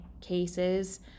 cases